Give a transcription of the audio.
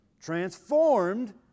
Transformed